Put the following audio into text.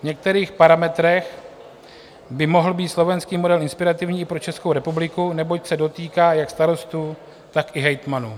V některých parametrech by mohl být slovenský model inspirativní i pro Českou republiku, neboť se dotýká jak starostů, tak i hejtmanů.